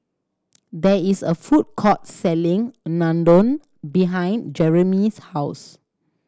there is a food court selling Unadon behind Jermey's house